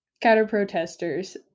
counter-protesters